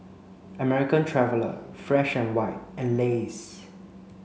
American Traveller Fresh and White and Lays